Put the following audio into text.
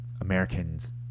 Americans